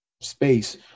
space